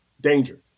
danger